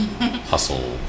hustle